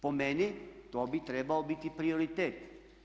Po meni to bi trebao biti prioritet.